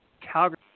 Calgary